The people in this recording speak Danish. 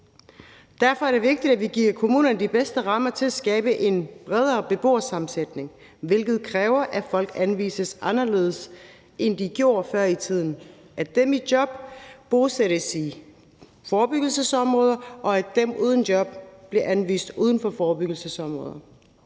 Derfor er det vigtigt, at vi giver kommunerne de bedste rammer for at skabe en bredere beboersammensætning, hvilket kræver, at folk anvises anderledes, end de gjorde før i tiden, sådan at dem i job bosættes i forebyggelsesområder, og at dem uden job bliver anvist til bolig uden for forebyggelsesområder.